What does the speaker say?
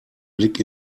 blick